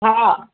हा